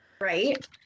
Right